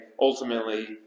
ultimately